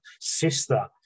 sister